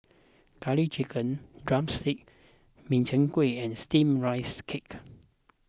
Curry Chicken Drumstick Min Chiang Kueh and Steamed Rice Cake